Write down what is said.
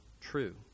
true